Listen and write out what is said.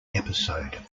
episode